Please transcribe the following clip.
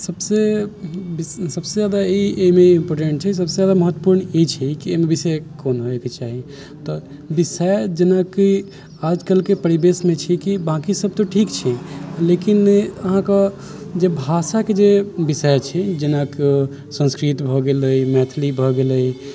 सभसँ जादा ई एहिमे इम्पोर्टेन्ट छै सभसँ जादा महत्वपूर्ण ई छै कि एहिमे विषय कोन होइके चाही तऽ विषय जेनाकि आज कलके परिवेशमे छै कि बाँकि सभ तऽ ठीक छै लेकिन अहाँके जे भाषाके जे विषय छै जेनाकि संस्कृत भए गेलै मैथिली भए गेलै